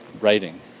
writing